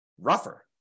rougher